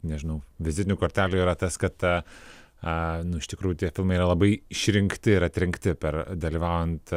nežinau vizitinių kortelių yra tas kad a a nu iš tikrųjų tie filmai yra labai išrinkti ir atrinkti per dalyvaujant